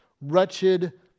Wretched